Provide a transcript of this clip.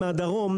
מהדרום,